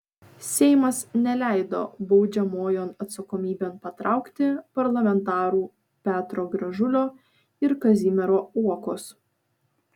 seimas neleido baudžiamojon atsakomybėn patraukti parlamentarų petro gražulio ir kazimiero uokos